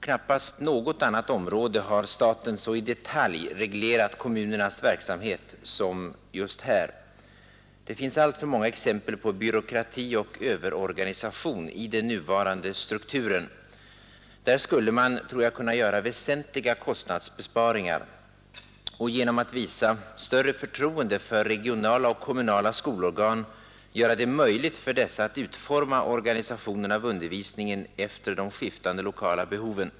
Knappast på något annat område har staten så i detalj reglerat kommunernas verksamhet som just här. Det finns alltför många exempel på byråkrati och överorganisation i den nuvarande strukturen. Där skulle man, tror jag, kunna göra väsentliga kostnadsbesparingar och genom att visa större förtroende för regionala och kommunala skolorgan göra det möjligt för dessa att utforma organisationen av undervisningen efter de skiftande lokala behoven.